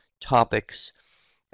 topics